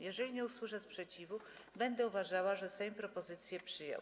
Jeżeli nie usłyszę sprzeciwu, będę uważała, że Sejm propozycje przyjął.